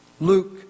Luke